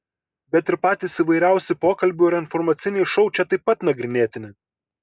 bet ir patys įvairiausi pokalbių ar informaciniai šou čia taip pat nagrinėtini